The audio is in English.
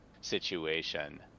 situation